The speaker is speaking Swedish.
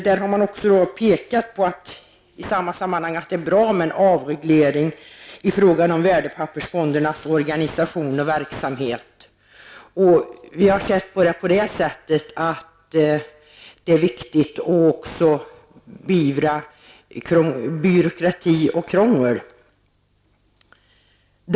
Där har man också pekat på att det är bra med en avreglering i fråga om värdepappersfondernas organisation och verksamhet. Vi anser att det också är viktigt att beivra byråkrati och krångel.